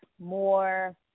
more